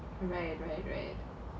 right right right